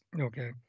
okay